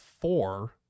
four